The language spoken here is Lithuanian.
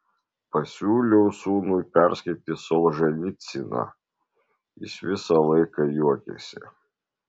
pasiūliau sūnui perskaityti solženicyną jis visą laiką juokėsi